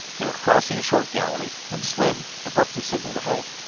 they were crossing a short gallery when slim abruptly signaled a halt.